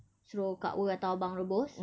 suruh kak wer atau abang rebus